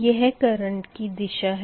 यह करंट की दिशा है